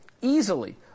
easily